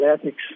ethics